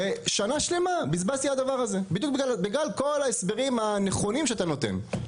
ושנה שלמה בזבזתי על הדבר הזה.״ בגלל כל ההסברים הנכונים שאתה נותן.